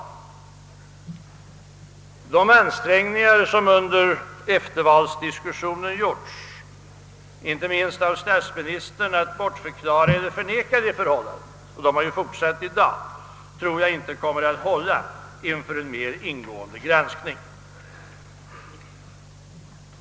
De ansträngningar som under eftervalsdiskussionen gjorts, inte minst av statsministern, att bortförklara eller förneka det förhållandet — och de har ju fortsatt i dag — tror jag inte kommer att hålla inför en mera ingående granskning.